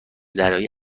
دریایی